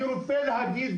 אני רוצה להגיד,